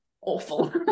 awful